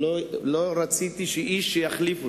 לא רציתי שאיש יחליף אותי,